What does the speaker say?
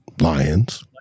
Lions